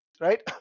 Right